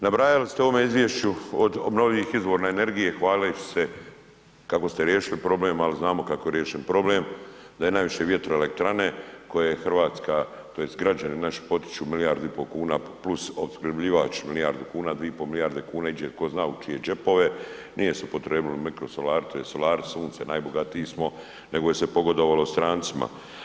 Nabrajali ste u ovome izvješću od obnovljivih izvora energije hvaleći se kako ste riješili problem, al znamo kako je riješen problem, da je najviše vjetroelektrane koje Hrvatska tj. građani naši potiču milijardu i po kuna plus opskrbljivač milijardu kuna, dvije i po milijarde kuna iđe tko zna u čije džepove, nije se upotrijebilo mikrosolari tj. solari sunce najbogatiji smo nego je se pogodovalo strancima.